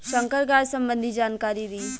संकर गाय सबंधी जानकारी दी?